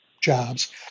jobs